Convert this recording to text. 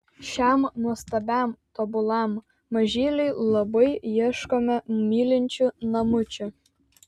šiam nuostabiam tobulam mažyliui labai ieškome mylinčių namučių